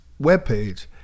webpage